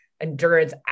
endurance